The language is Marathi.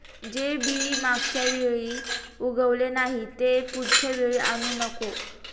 जे बी मागच्या वेळी उगवले नाही, ते पुढच्या वेळी आणू नको